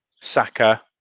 saka